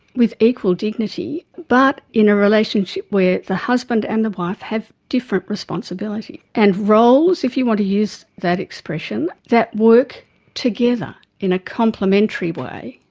with equal dignity but in a relationship where the husband and the wife have different responsibility, and roles, if you want to use that expression, that work together, in a complementary way.